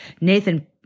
Nathan